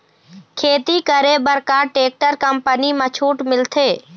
खेती करे बर का टेक्टर कंपनी म छूट मिलथे?